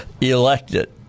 elected